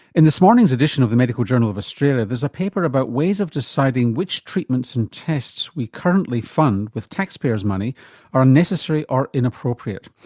in this morning's edition of the medical journal of australia there's a paper about ways of deciding which treatments and tests we currently fund with taxpayers' money are unnecessary or inappropriate.